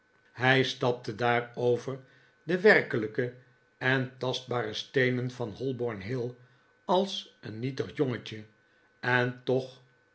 hij stapte daar over de werkelijke en tastbare steenen van holborn-hill als een nietig jongetje en toch